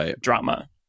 drama